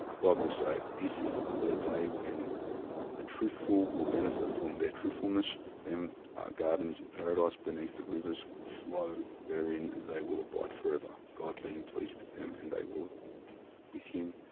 god will say this is the day when the truthful will benefit from their truthfulness for them are gardens in paradise beneath the rivers flow wherein they will abide forever. god being pleased with them and they will with him,